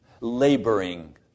laboring